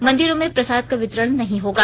मंदिरों में प्रसाद का वितरण नहीं होगा